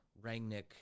Rangnick